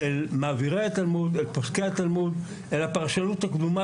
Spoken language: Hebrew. אל מעבירי התלמוד; אל פוסקי התלמוד; אל הפרשנות הקדומה,